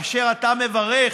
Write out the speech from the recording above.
מברך